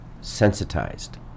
sensitized